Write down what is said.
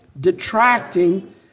detracting